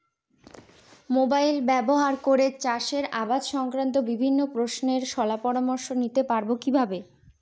Mobile ব্যাবহার করে চাষের আবাদ সংক্রান্ত বিভিন্ন প্রশ্নের শলা পরামর্শ নিতে পারবো কিভাবে?